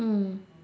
mm